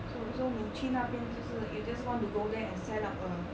so so 你去那边就是 you just want to go there and set up a